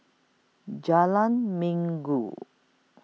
Jalan Minggu